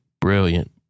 Brilliant